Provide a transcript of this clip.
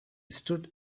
stood